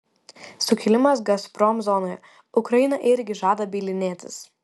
sukilimas gazprom zonoje ukraina irgi žada bylinėtis